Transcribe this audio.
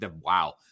wow